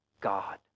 God